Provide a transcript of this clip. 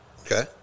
Okay